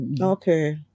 okay